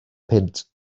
punt